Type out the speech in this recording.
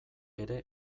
ere